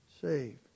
saved